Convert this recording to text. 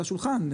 על השולחן,